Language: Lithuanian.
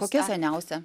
kokia seniausia